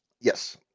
Yes